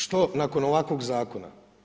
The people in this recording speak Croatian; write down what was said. Što nakon ovakvog zakona?